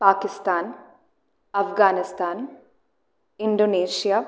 Pakistan Afghanistan Indonesia